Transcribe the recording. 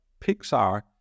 Pixar